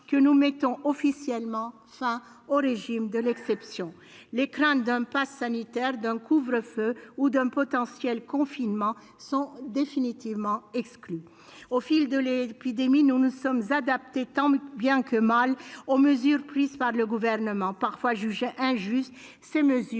que nous mettons officiellement fin au régime de l'exception. Les risques d'un passe sanitaire, d'un couvre-feu ou d'un potentiel confinement sont définitivement exclus. Au fil de l'épidémie, nous nous sommes adaptés tant bien que mal aux mesures prises par le Gouvernement. Celles-ci, qui